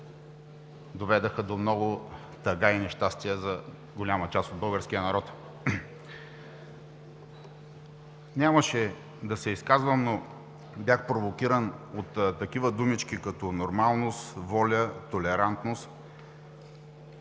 доведоха до много тъга и нещастия за голяма част от българския народ. Нямаше да се изказвам, но бях провокиран от такива думички като „нормалност“, „воля“, „толерантност“.